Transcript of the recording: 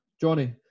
Johnny